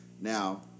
Now